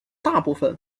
大部份